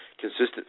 consistent